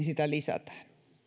sitä lisätään kun